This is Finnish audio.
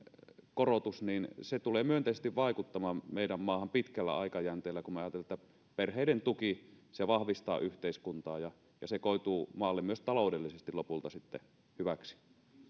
korotus tulee myönteisesti vaikuttamaan meidän maahan pitkällä aikajänteellä kun me ajattelemme että perheiden tuki vahvistaa yhteiskuntaa ja se koituu maalle myös taloudellisesti lopulta sitten hyväksi